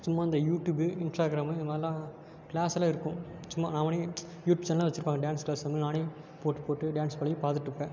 சும்மா அந்த YouTube Instagram இது மாதிரில்லாம் க்ளாஸ்செலாம் இருக்கும் சும்மா அவனே யூடியூப் சேனல் வச்சுருப்பாங்க டான்ஸ் க்ளாஸ்செலாம் அந்த மாதிரி நானே போட்டு போட்டு டான்ஸ் பண்ணி பார்த்துட்டு இருப்பேன்